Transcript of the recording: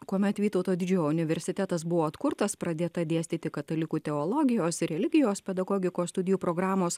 kuomet vytauto didžiojo universitetas buvo atkurtas pradėta dėstyti katalikų teologijos ir religijos pedagogikos studijų programos